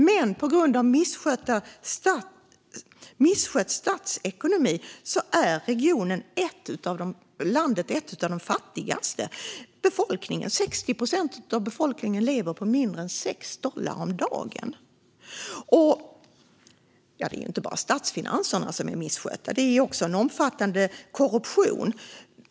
Men på grund av misskött statsekonomi är landet ett av de fattigaste. Av befolkningen lever 60 procent på mindre än 6 dollar om dagen. Det är inte bara statsfinanserna som är misskötta. Det är också en omfattande korruption.